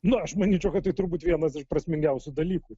na aš manyčiau kad tai turbūt vienas iš prasmingiausių dalykų